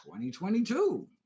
2022